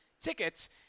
Tickets